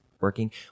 working